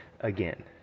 again